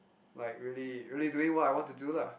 like really really doing what I want to do lah